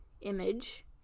image